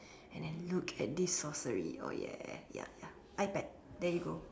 and then look at this sorcery oh ya ya ya iPad there you go